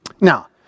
Now